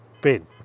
bin